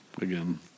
again